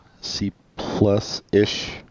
C-plus-ish